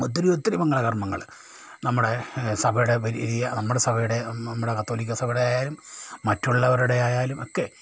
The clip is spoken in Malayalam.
ഒത്തിരി ഒത്തിരി മംഗളകർമ്മങ്ങൾ നമ്മുടെ സഭയുടെ വലിയ നമ്മടെ സഭയുടെ നമ്മുടെ കത്തോലിക്ക സഭയുടെ ആയാലും മറ്റുള്ളവരുടെ ആയാലും ഒക്കെ